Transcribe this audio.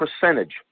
percentage